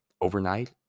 overnight